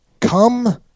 Come